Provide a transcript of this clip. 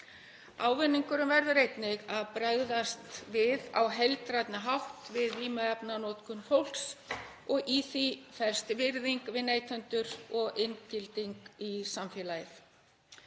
Ávinningurinn verður einnig að bregðast við á heildrænni hátt við vímuefnanotkun fólks og í því felst virðing við neytendur og inngilding í samfélagið.